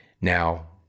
Now